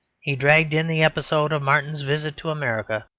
he dragged in the episode of martin's visit to america,